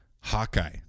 Hawkeye